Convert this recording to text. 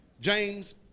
James